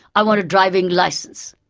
i want a driving licence,